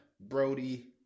brody